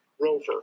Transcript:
Rover